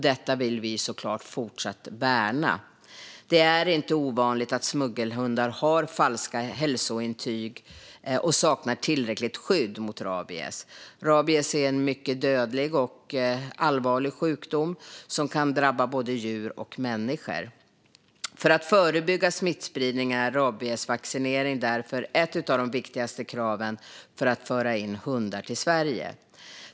Detta vill vi såklart fortsätta att värna. Det är inte ovanligt att smuggelhundar har falska hälsointyg och saknar tillräckligt skydd mot rabies. Rabies är en mycket allvarlig och dödlig sjukdom som kan drabba både djur och människor. För att förebygga smittspridning är rabiesvaccinering därför ett av de viktigaste kraven för att få föra in hundar i Sverige.